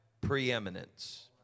preeminence